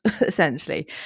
essentially